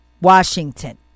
Washington